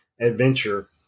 adventure